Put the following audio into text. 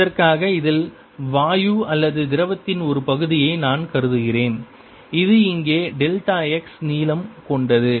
இதற்காக இதில் வாயு அல்லது திரவத்தின் ஒரு பகுதியை நான் கருதுகிறேன் இது இங்கே டெல்டா x நீளம் கொண்டது